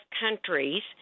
countries